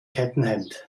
kettenhemd